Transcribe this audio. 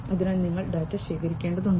അതിനാൽ നിങ്ങൾ ഡാറ്റ ശേഖരിക്കേണ്ടതുണ്ട്